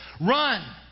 run